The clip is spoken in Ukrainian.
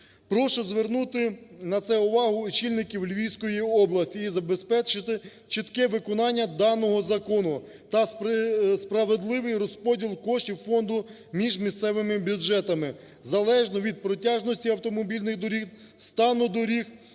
Прошу звернути на це увагу очільників Львівської області і забезпечити чітке виконання даного закону та справедливий розподіл коштів фонду між місяцевими бюджетами, залежно від протяжності автомобільних доріг, стану доріг,